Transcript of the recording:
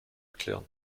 erklären